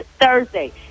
Thursday